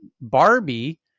Barbie